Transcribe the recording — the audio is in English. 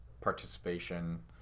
participation